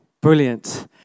Brilliant